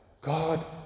god